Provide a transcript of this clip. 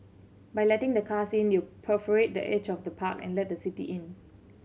by letting the cars in you perforate the edge of the park and let the city in